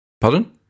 Pardon